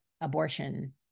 abortion